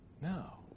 No